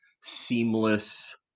seamless